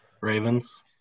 Ravens